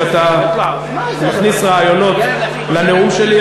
שאתה מכניס רעיונות לנאום שלי,